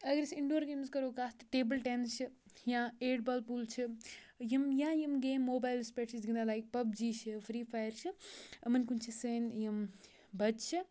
اگر أسۍ indoor games کَرو کَتھ ٹیبٕل ٹٮ۪نٕس چھِ یا ایٹ بل پوٗل چھِ یِم یا یِم گیمہٕ موبایلَس پٮ۪ٹھ چھِ أسۍ گِنٛدان لایِک پَبجی چھِ فرٛی فایَر چھِ یِمَن کُن چھِ سٲنۍ یِم بَچہِ چھِ